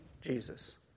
Jesus